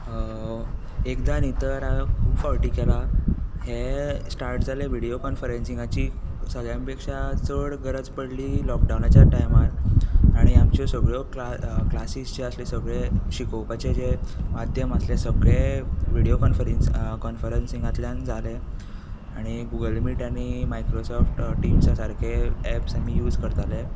एकदां न्ही तर खूब फावटीं केलां हें स्टाट जालें विडयो कॉन्फरंसिगांची सगळ्यान पेक्षा चड गरज पडली लॉकडावनाच्या टायमार आनी आमच्यो सगळ्यो क्ला क्लासीस जे आसले सगळें शिकोवपाचें जें माध्यम आसलें सगळें विडयो कॉन्फरिन्स कॉन्फरंसिंगांतल्यान जालें आनी गुगल मीट आनी मायक्रोसॉफ्ट टिम्सा सारके एप्स आमी यूज करताले